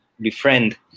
befriend